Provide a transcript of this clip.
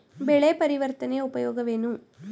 ಬೆಳೆ ಪರಿವರ್ತನೆಯ ಉಪಯೋಗವೇನು?